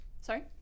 Sorry